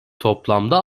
toplamda